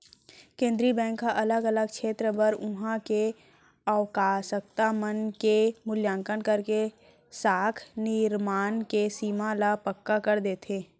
केंद्रीय बेंक ह अलग अलग छेत्र बर उहाँ के आवासकता मन के मुल्याकंन करके साख निरमान के सीमा ल पक्का कर देथे